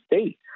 state